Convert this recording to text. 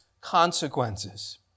consequences